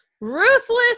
ruthless